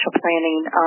planning